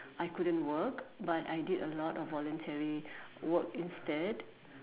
I couldn't work but I did a lot of voluntary work instead